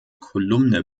kolumne